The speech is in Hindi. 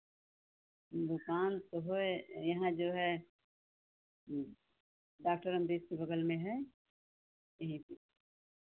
दुकान तो है यहाँ जो है डाॅक्टर अमरेश के बगल में है यहीं पर